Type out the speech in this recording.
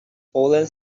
fallen